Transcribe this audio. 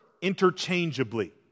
interchangeably